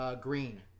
Green